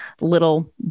little